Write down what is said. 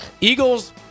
Eagles